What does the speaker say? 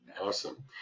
Awesome